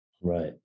right